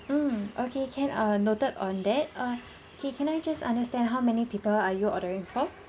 mm okay can err noted on that uh okay can I just understand how many people are you ordering for